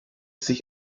sich